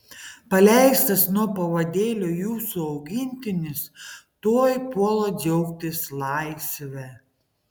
paleistas nuo pavadėlio jūsų augintinis tuoj puola džiaugtis laisve